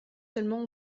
seulement